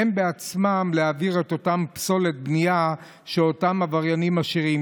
הן בעצמן צריכות להעביר את אותה פסולת בנייה שאותם עבריינים משאירים.